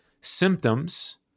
symptoms